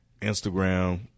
Instagram